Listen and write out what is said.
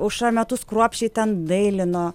aušra metus kruopščiai ten dailino